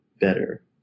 better